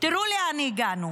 תראו לאן הגענו: